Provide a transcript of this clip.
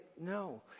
No